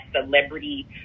celebrity